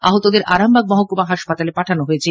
আহতদের আরামবাগ মহকুমা হাসপাতালে পাঠানো হয়েছে